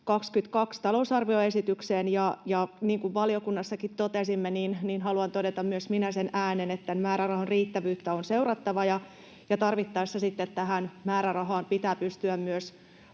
2022 talousarvioesitykseen. Ja niin kuin valiokunnassakin totesimme, haluan myös minä todeta sen ääneen, että määrärahan riittävyyttä on seurattava ja tarvittaessa sitten tähän määrärahaan pitää pystyä myös